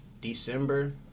December